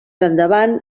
endavant